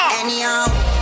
anyhow